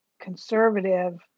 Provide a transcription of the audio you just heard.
conservative